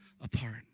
apart